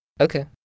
Okay